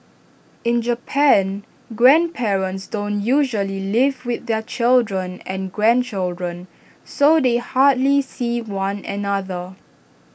in Japan grandparents don't usually live with their children and grandchildren so they hardly see one another